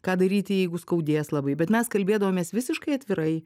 ką daryti jeigu skaudės labai bet mes kalbėdavomės visiškai atvirai